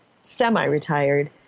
semi-retired